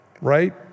Right